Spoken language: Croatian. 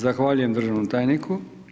Zahvaljujem državnom tajniku.